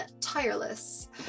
tireless